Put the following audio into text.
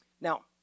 Now